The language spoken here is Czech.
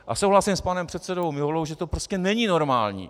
A souhlasím s panem předsedou Miholou, že to prostě není normální.